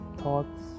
thoughts